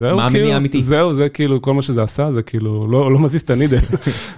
זהו כאילו... מה המניע האמיתי? זהו זה כאילו כל מה שזה עשה זה כאילו לא לא מזיז את הנידל.